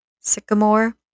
sycamore